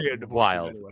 wild